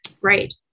Right